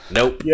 Nope